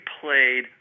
played